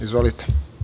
Izvolite.